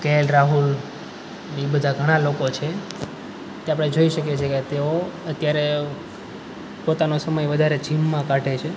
KL Rahul એ બધાં ઘણાં લોકો છે તે આપણે જોઈ શકીએ છીએ કે તેઓ અત્યારે પોતાનો સમય વધારે જિમમાં કાઢે છે